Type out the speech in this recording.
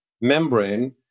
membrane